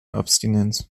abstinenz